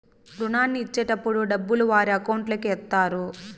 రుణాన్ని ఇచ్చేటటప్పుడు డబ్బులు వారి అకౌంట్ లోకి ఎత్తారు